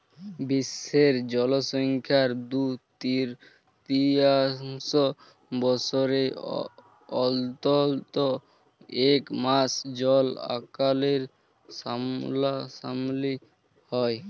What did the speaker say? বিশ্বের জলসংখ্যার দু তিরতীয়াংশ বসরে অল্তত ইক মাস জল আকালের সামলাসামলি হ্যয়